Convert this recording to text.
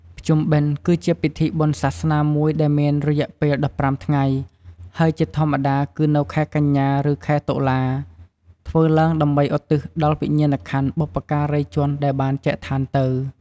ភ្ជុំបិណ្ឌគឺជាពិធីបុណ្យសាសនាមួយដែលមានរយៈពេល ១៥ថ្ងៃ ហើយជាធម្មតាគឺនៅខែកញ្ញា ឬខែតុលា ធ្វើឡើងដើម្បីឧទ្ទិសដល់វិញ្ញាណក្ខន្ធបុព្វការីជនដែលបានចែកឋានទៅ។